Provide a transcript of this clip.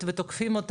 בשלב הזה